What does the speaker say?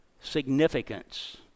significance